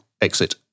exit